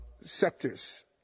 sectors